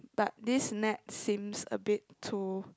but this net seems a bit too